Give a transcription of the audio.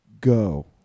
go